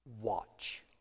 watch